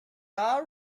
all